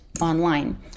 online